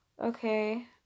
Okay